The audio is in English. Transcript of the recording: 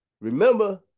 Remember